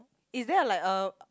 is there like a